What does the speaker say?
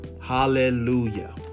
Hallelujah